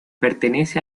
pertenece